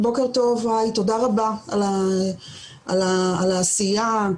תודה רבה על העשייה,